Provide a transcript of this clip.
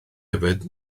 yfed